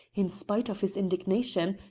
in spite of his indignation,